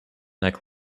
neck